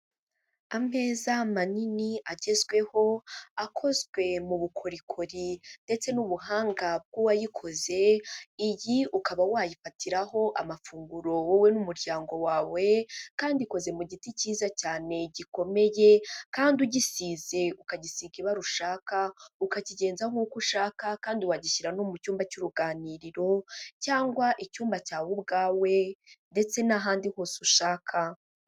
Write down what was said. Ameza manini agezweho akozwe mu bukorikori ndetse n'ubuhanga bw'uwayikoze, iyi ukaba wayifatiraho amafunguro wowe n'umuryango wawe kandi ikoze mu giti cyiza cyane gikomeye, kandi ugisize ukagisiga ibara ushaka ukakigenza nk'uko ushaka kandi wagishyira no mu cyumba cy'uruganiriro cyangwa icyumba cyawe ubwawe ndetse n'ahandi hose ushaka.